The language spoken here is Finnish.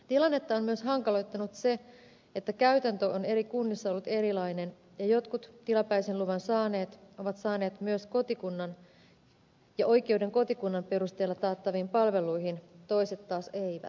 tilannetta on myös hankaloittanut se että käytäntö on eri kunnissa ollut erilainen ja jotkut tilapäisen luvan saaneet ovat saaneet myös kotikunnan ja oikeuden kotikunnan perusteella taattaviin palveluihin toiset taas eivät